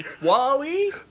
Wally